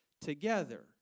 together